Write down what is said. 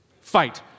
Fight